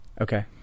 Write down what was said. Okay